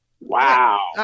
wow